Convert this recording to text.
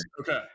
Okay